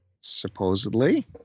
Supposedly